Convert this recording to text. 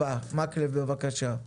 מקלב, בבקשה.